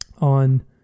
on